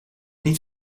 niet